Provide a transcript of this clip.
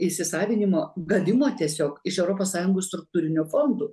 įsisavinimo gavimo tiesiog iš europos sąjungos struktūrinių fondų